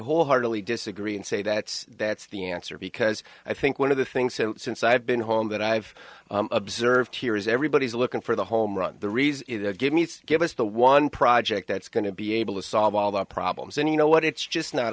wholeheartedly disagree and say that that's the answer because i think one of the things that since i've been home that i've observed here is everybody's looking for the home run the reason give me give us the one project that's going to be able to solve all the problems and you know what it's just not